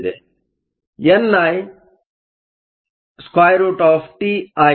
ಆದ್ದರಿಂದ N I √NcNvexp EgkT ಆಗಿದೆ